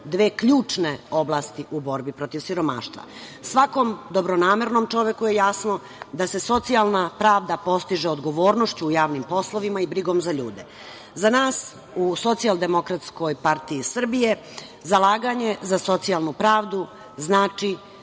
dve ključne oblasti u borbi protiv siromaštva. Svakom dobronamernom čoveku je jasno da se socijalna pravda postiže odgovornošću u javnim poslovima i brigom za ljude.Za nas u SDPS zalaganje za socijalnu pravdu znači